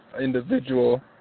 individual